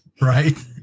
right